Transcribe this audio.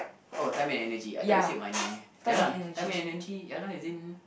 oh time and energy I thought you said money ya lah time and energy ya lah as in